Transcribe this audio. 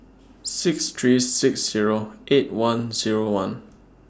six three six Zero eight one Zero one